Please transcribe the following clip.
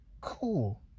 cool